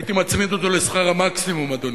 הייתי מצמיד אותו לשכר המקסימום, אדוני.